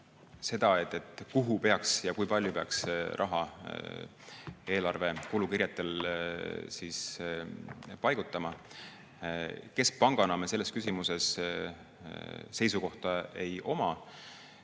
kuhu peaks ja kui palju peaks raha eelarve kulukirjetel paigutama. Keskpangana meil selles küsimuses seisukohta ei ole.